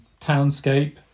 townscape